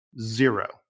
zero